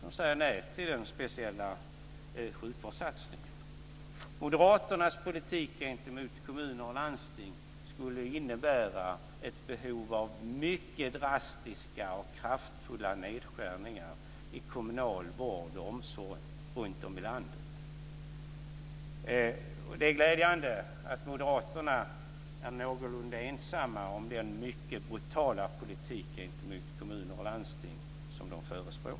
De säger nej till den speciella sjukvårdssatsningen. Moderaternas politik gentemot kommuner och landsting skulle innebära ett behov av mycket drastiska och kraftfulla nedskärningar i kommunal vård och omsorg runtom i landet. Det är glädjande att Moderaterna är någorlunda ensamma om den mycket brutala politik gentemot kommuner och landsting som de förespråkar.